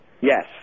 Yes